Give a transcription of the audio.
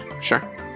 sure